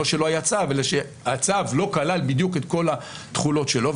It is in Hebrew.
לא שלא היה צו אלא שהצו לא כלל בדיוק את כל התכולות שלו.